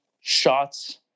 shots